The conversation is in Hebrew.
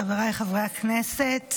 חבריי חברי הכנסת,